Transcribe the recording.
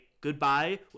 goodbye